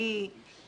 לא דחוף.